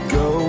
go